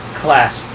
class